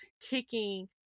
kicking